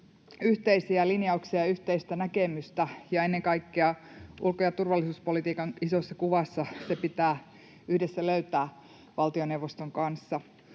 yhteisiä linjauksia ja yhteistä näkemystä, ja ennen kaikkea ulko- ja turvallisuuspolitiikan isossa kuvassa ne pitää löytää yhdessä valtioneuvoston kanssa.